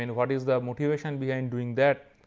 and what is the motivation behind doing that?